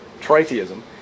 Tritheism